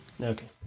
Okay